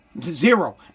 Zero